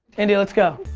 india, lets go.